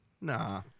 Nah